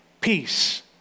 peace